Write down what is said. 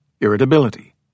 irritability